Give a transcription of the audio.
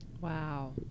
Wow